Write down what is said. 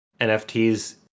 NFTs